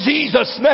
Jesus